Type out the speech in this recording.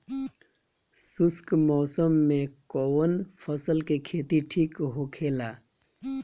शुष्क मौसम में कउन फसल के खेती ठीक होखेला?